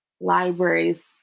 libraries